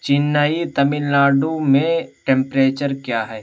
چنئی تمل ناڈو میں ٹمپریچر کیا ہے